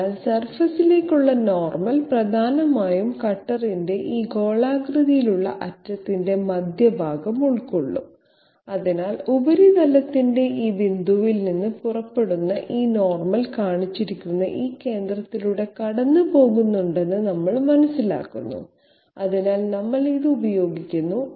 അതിനാൽ സർഫസിലേക്കുള്ള നോർമൽ പ്രധാനമായും കട്ടറിന്റെ ഈ ഗോളാകൃതിയിലുള്ള അറ്റത്തിന്റെ മധ്യഭാഗം ഉൾക്കൊള്ളും അതിനാൽ ഉപരിതലത്തിന്റെ ഈ ബിന്ദുവിൽ നിന്ന് പുറപ്പെടുന്ന ഈ നോർമൽ കാണിച്ചിരിക്കുന്ന ഈ കേന്ദ്രത്തിലൂടെ കടന്നുപോകുന്നുണ്ടെന്ന് നമ്മൾ മനസ്സിലാക്കുന്നു അതിനാൽ നമ്മൾ ഇത് ഉപയോഗിക്കുന്നു